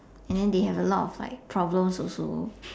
and then they have a lot of like problems also